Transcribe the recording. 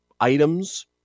items